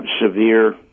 severe